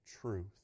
truth